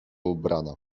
ubrana